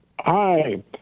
Hi